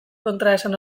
kontraesan